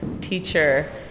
teacher